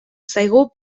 zaigu